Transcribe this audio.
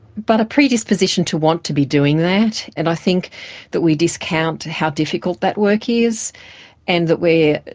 but a predisposition to want to be doing that, and i think that we discount how difficult that work is and that we are,